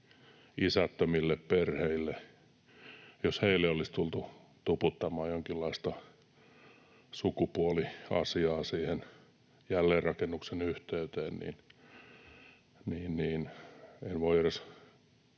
isättömille perheille, olisi tultu tuputtamaan jonkinlaista sukupuoliasiaa siihen jälleenrakennuksen yhteyteen, niin en voi edes